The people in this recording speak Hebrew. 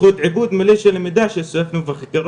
בזכות עיבוד מלא של המידע שאספנו וחקר